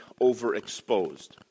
overexposed